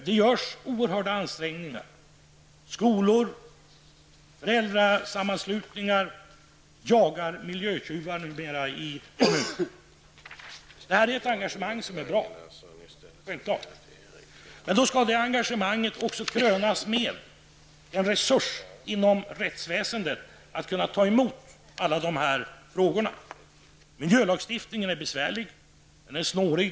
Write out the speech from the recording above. Det görs oerhörda ansträngningar -- skolor och föräldrasammanslutningar jagar numera miljötjuvar. Det är självfallet ett engagemang som är bra. Men då skall det engagemanget också krönas med en resurs inom rättsväsendet som kan ta emot alla uppgifterna. Miljölagstiftningen är besvärlig -- den är snårig.